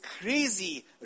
crazy